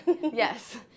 yes